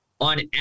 On